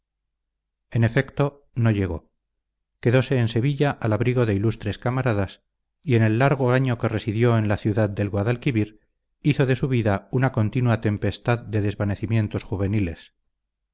en efecto no llegó quedóse en sevilla al abrigo de ilustres camaradas y en el largo año que residió en la ciudad del guadalquivir hizo de su vida una continua tempestad de desvanecimientos juveniles